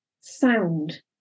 sound